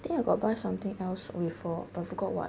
I think I got buy something else before but forgot what